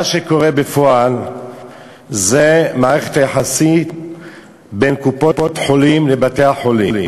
מה שקורה בפועל זה מערכת היחסים בין קופות-החולים לבתי-החולים.